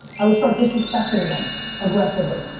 i would start disrespecting them aggressively.